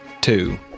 two